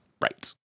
Right